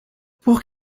por